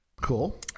cool